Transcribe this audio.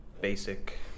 basic